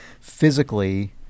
physically